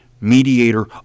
mediator